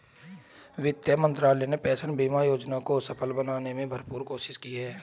वित्त मंत्रालय ने पेंशन बीमा योजना को सफल बनाने की भरपूर कोशिश की है